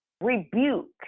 rebuke